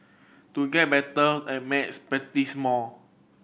to get better at maths practise more